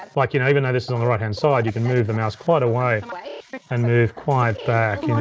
like you know even though this is on the right-hand side, you can move the mouse quite away and move quite back